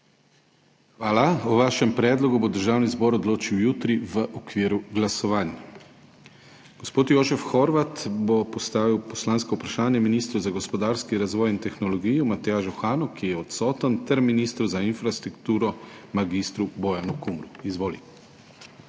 Hvala. O vašem predlogu bo Državni zbor odločil jutri v okviru glasovanj. Gospod Jožef Horvat bo postavil poslansko vprašanje ministru za gospodarski razvoj in tehnologijo Matjažu Hanu, ki je odsoten, ter ministru za infrastrukturo mag. Bojanu Kumru. Izvolite.